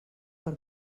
per